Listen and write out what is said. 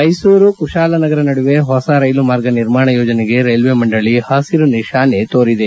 ಮೈಸೂರು ಕುಶಾಲನಗರ ನಡುವೆ ಹೊಸ ರೈಲು ಮಾರ್ಗ ನಿರ್ಮಾಣ ಯೋಜನೆಗೆ ರೈಲ್ವೆ ಮಂಡಳಿ ಹಸಿರು ನಿಶಾನೆ ತೋರಿದೆ